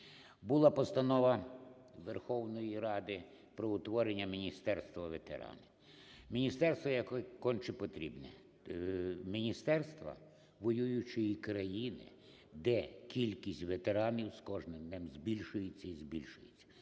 Була постанова Верховної Ради про утворення Міністерства ветеранів. Міністерство є конче потрібне. Міністерство воюючої країни, де кількість ветеранів з кожним днем збільшується і збільшується.